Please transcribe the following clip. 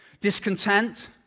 discontent